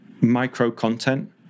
micro-content